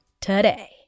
today